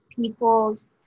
people's